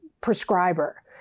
prescriber